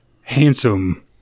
handsome